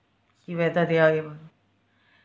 see whether they are able t~